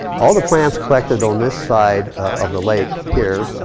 all the plants collected on this side of the lake here,